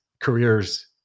careers